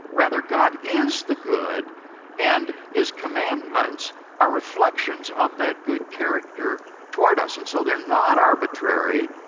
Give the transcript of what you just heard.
rather, god is the good and his commandments are reflections of that good character toward us. and so they are not arbitrary,